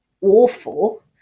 awful